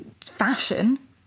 fashion